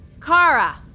Kara